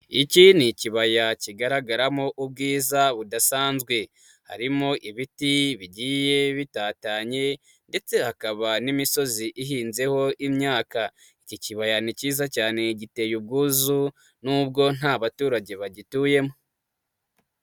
Iki ni ikibaya kigaragaramo ubwiza budasanzwe, harimo ibiti bigiye bitatanye ndetse hakaba n'imisozi ihinzeho imyaka, iki kibaya ni cyiza cyane giteye ubwuzu n'ubwo nta baturage bagituyemo.